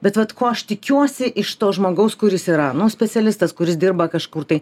bet vat ko aš tikiuosi iš to žmogaus kuris yra nu specialistas kuris dirba kažkur tai